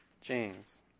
James